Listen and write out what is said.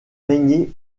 régner